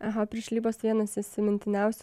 aha piršlybos vienas įsimintiniausių